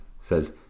says